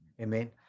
Amen